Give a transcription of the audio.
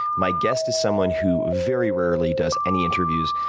my guest is someone who very rarely does any interviews,